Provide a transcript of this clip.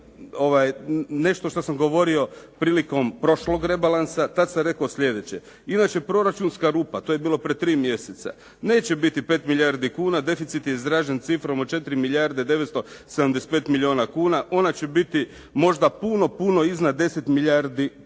nešto što sam govorio prilikom prošlog rebalansa. Tad sam rekao sljedeće. Inače proračunska rupa, to je bilo pred tri mjeseca. Neće biti 5 milijardi kuna. Deficit je izražen s cifrom od 4 milijarde 975 milijuna kuna. Ona će biti možda puno, puno iznad 10 milijardi kuna.